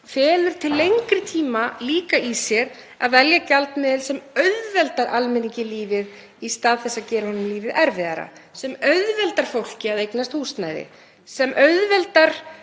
felur til lengri tíma líka í sér að velja gjaldmiðil sem auðveldar almenningi lífið í stað þess að gera honum lífið erfiðara, sem auðveldar fólki að eignast húsnæði, sem auðveldar